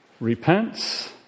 repents